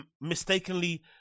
mistakenly